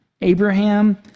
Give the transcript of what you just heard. Abraham